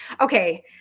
Okay